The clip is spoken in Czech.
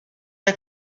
jak